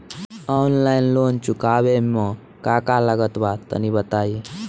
Online loan चुकावे म का का लागत बा तनि बताई?